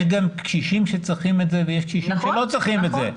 יש גם קשישים שצריכים את זה ויש קשישים שלא צריכים את זה.